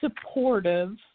supportive